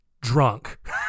drunk